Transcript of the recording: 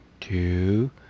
two